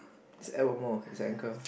just add one more it's an anchor